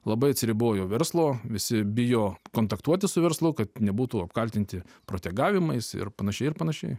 labai atsiribojo verslo visi bijo kontaktuoti su verslu kad nebūtų apkaltinti protegavimais ir panašiai ir panašiai